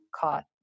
caught